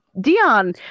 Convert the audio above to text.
Dion